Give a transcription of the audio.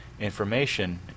information